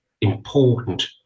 important